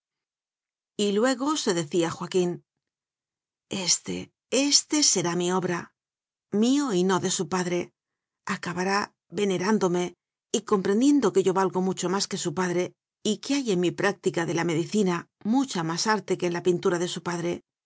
luego se decía joaquín este éste será mi obra mío y no de su padre acabará ve nerándome y comprendiendo que yo valgo mucho más que su padre y que hay en mi práctica de la medicina mucha más arte que en la pintura de su padre